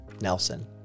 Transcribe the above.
Nelson